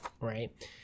right